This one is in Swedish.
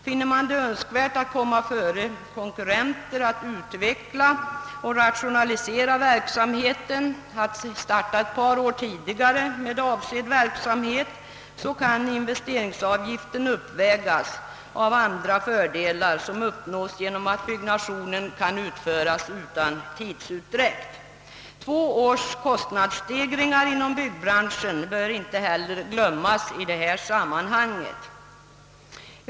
Finner man det önskvärt att komma före konkurrenter, att utveckla och rationalisera verksamheten, att star ta ett par år tidigare med avsedd verksamhet, så kan investeringsavgiften uppvägas av fördelar som uppnås genom att byggnadsverksamheten kan utföras utan tidsutdräkt. Två års kost nadsstegringar inom «byggbranschen bör heller inte glömmas i detta sammanhang.